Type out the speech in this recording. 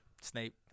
Snape